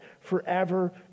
forever